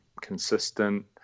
consistent